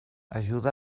ajuda